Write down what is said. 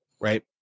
Right